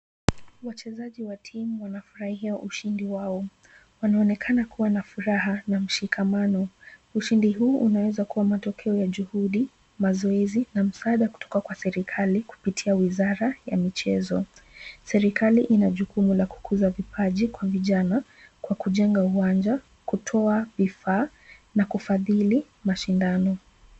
Wachezaji wa timu wanafurahia ushindi wao. Wanaonekana kuwa na furaha na mshikamano. Ushindi huu unaweza kuwa matokeo ya juhudi, mazoezi, na msaada kutoka kwa serikali kupitia wizara ya michezo. Serikali inajukumu la kukuza vipaji kwa vijana kwa kujenga uwanja, kutoa vifaa, na kufadhili mashindano.